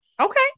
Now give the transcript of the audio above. Okay